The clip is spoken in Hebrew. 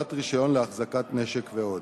בקבלת רשיון להחזקת נשק ועוד.